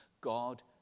God